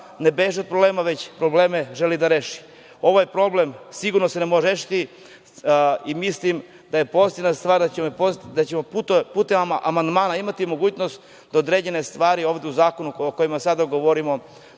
ne beži od problema, već probleme želi da reši. Ovo je problem, sigurno se može rešiti i mislim da je pozitivna stvar da ćemo putem amandmana imati mogućnost da određene stvari ovde u zakonu o kojima sada govorimo,